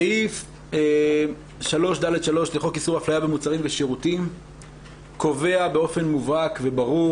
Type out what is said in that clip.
סעיף 3/ד/3 לחוק איסור אפליה במוצרים ושירותים קובע באופן מובהק וברור